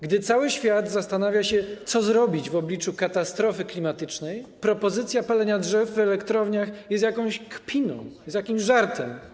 Gdy cały świat zastanawia się, co zrobić w obliczu katastrofy klimatycznej, propozycja palenia drzew w elektrowniach jest jakąś kpiną, jest jakimś żartem.